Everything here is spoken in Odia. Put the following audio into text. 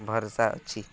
ଭରସା ଅଛି